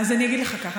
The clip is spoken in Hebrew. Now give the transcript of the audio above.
אז אני אגיד לך ככה,